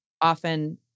often